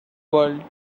world